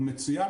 שהוא מצוין,